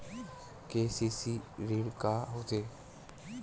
KCC ऋण का होथे?